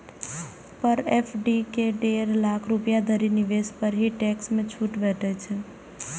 पर FD मे डेढ़ लाख रुपैया धरि निवेश पर ही टैक्स मे छूट भेटै छै